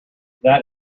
that